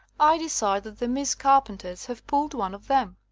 i de cide that the miss carpenters have pulled one of them.